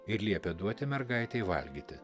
ir liepė duoti mergaitei valgyti